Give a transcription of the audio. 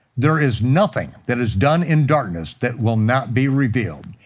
there is nothing that is done in darkness that will not be revealed.